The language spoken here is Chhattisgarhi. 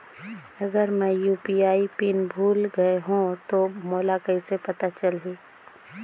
अगर मैं यू.पी.आई पिन भुल गये हो तो मोला कइसे पता चलही?